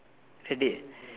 that day